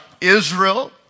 Israel